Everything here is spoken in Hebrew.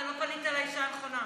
אתה לא פנית לאישה הנכונה.